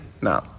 No